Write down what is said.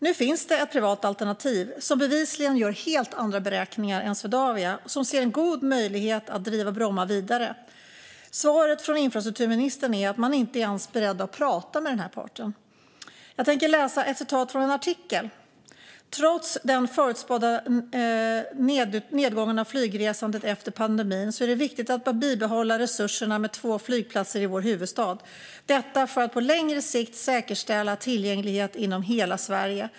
Nu finns det ett privat alternativ som bevisligen gör helt andra beräkningar än Swedavia och som ser en god möjlighet att driva Bromma vidare. Svaret från infrastrukturministern är att man inte ens är beredd att prata med denna part. Jag tänker läsa ett citat från en artikel: "Trots den förutspådda nedgången av flygresande efter pandemin, så är det viktigt att bibehålla resurserna med två flygplatser i vår huvudstad. Detta för att på längre sikt säkerställa tillgänglighet inom hela Sverige.